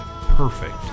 perfect